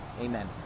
amen